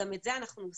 גם את זה אנחנו עושים.